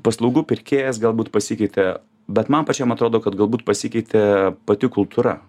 paslaugų pirkėjas galbūt pasikeitė bet man pačiam atrodo kad galbūt pasikeitė pati kultūra